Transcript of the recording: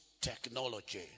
technology